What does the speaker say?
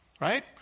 right